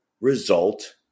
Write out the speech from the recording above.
result